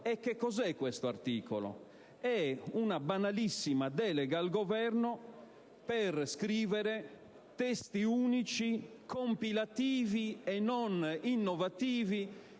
Che cos'è questo articolo? È una banalissima delega al Governo per scrivere testi unici compilativi e non innovativi